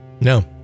No